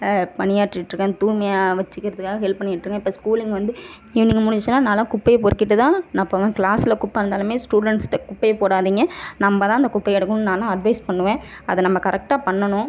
பணியாற்றிகிட்டு இருக்கேன் தூய்மையாக வைச்சிக்கிறதுக்காக ஹெல்ப் பண்ணிக்கிட்டு இருக்கேன் இப்போ ஸ்கூலிங் வந்து ஈவ்னிங் முடிஞ்சிச்சுனா நான்லாம் குப்பைய பொறுக்கிட்டுதான் நான் போவேன் கிளாஸில் குப்பை இருந்தாலும் ஸ்டுடெண்ட்ஸ்ட குப்பைய போடாதீங்க நம்ம தான் அந்த குப்பையை எடுக்கணும்னு நான்லாம் அட்வைஸ் பண்ணுவேன் அதை நம்ம கரெக்டாக பண்ணனும்